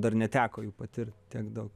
dar neteko jų patirt tiek daug